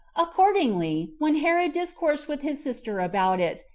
accordingly, when herod discoursed with his sister about it,